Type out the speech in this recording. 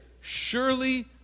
surely